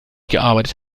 gearbeitet